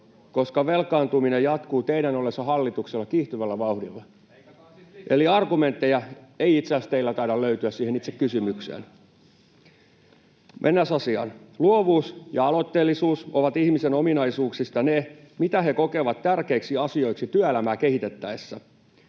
koska velkaantuminen jatkuu teidän ollessa hallituksessa kiihtyvällä vauhdilla, [Miko Bergbom: Leikataan sitten lisää!] eli argumentteja ei itse asiassa teiltä taida löytyä siihen itse kysymykseen. Mennääs asiaan. Luovuus ja aloitteellisuus ovat ihmisen ominaisuuksista ne, mitä he kokevat tärkeiksi asioiksi työelämää kehitettäessä.